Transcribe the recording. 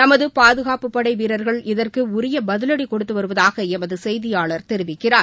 நமது பாதுகாப்புப் படை வீரர்கள் இதற்கு உரிய பதிவடி கொடுத்து வருவதாக எமது செய்தியாளர் தெரிவிக்கிறார்